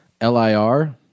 L-I-R